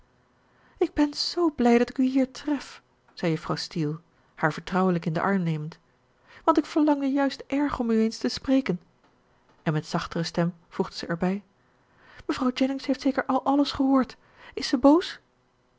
ik ben zoo blij dat ik u hier tref zei juffrouw steele haar vertrouwelijk in den arm nemend want ik verlangde juist erg om u eens te spreken en met zachtere stem voegde zij erbij mevrouw jennings heeft zeker al alles gehoord is ze boos